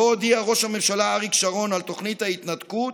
שבו הודיע ראש הממשלה אריק שרון על תוכנית ההתנתקות,